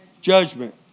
Judgment